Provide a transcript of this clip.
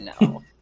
no